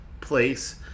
place